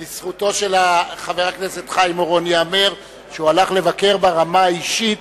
אבל לזכותו של חבר הכנסת חיים אורון ייאמר שהוא הלך לבקר ברמה האישית,